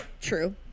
True